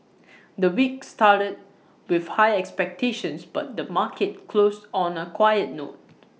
the week started with high expectations but the market closed on A quiet note